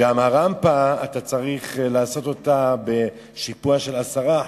את הרמפה אתה צריך לעשות בשיפוע של 10%,